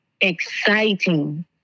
exciting